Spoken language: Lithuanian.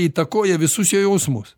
įtakoja visus jo jausmus